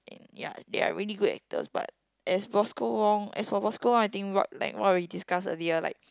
and ya they are really good actors but as Bosco-Wong as for Bosco-Wong I think what like what we discussed earlier like